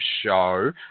show